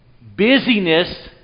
Busyness